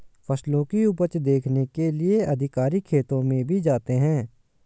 फसलों की उपज देखने के लिए कई अधिकारी खेतों में भी जाते हैं